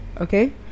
okay